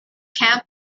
camp